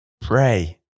Pray